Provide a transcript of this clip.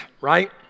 right